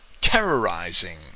terrorizing